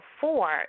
four